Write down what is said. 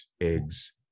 eggs